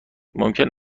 ممکن